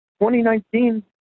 2019